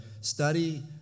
study